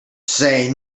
say